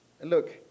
Look